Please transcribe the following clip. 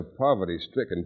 poverty-stricken